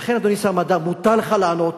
לכן, אדוני שר המדע, מותר לך לענות.